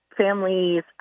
families